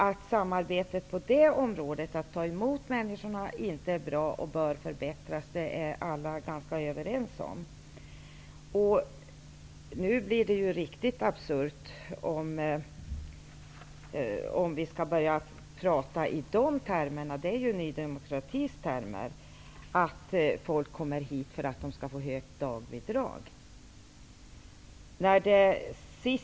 Att samarbetet med att ta emot dessa människor inte är bra och att det bör förbättras är alla ganska överens om. Men detta blir riktigt absurt om vi skall börja prata i termer som att folk kommer hit för att få högt dagbidrag; det är ju Ny demokratis termer.